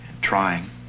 trying